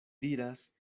diras